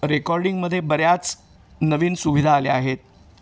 रेकॉर्डिंगमध्ये बऱ्याच नवीन सुविधा आल्या आहेत